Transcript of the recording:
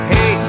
Hey